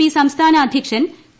P സംസ്ഥാന അധ്യക്ഷൻ P